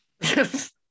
Yes